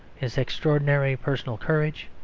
his extraordinary personal courage,